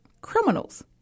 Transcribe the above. criminals